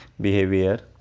behavior